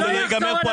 אורית, זה לא יעזור,